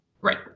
Right